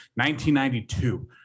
1992